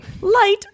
light